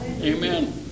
Amen